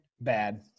Bad